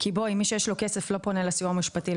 כי מי שיש לו כסף לא פונה לסיוע המשפטי,